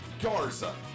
Garza